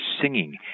singing